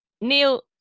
Neil